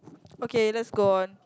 okay let's go on